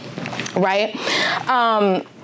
right